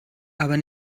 aber